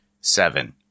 Seven